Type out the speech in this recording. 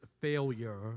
failure